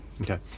Okay